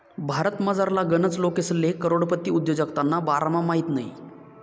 भारतमझारला गनच लोकेसले करोडपती उद्योजकताना बारामा माहित नयी